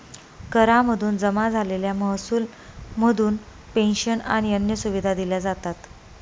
करा मधून जमा झालेल्या महसुला मधून पेंशन आणि अन्य सुविधा दिल्या जातात